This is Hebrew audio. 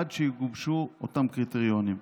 עד שיגובשו אותם קריטריונים.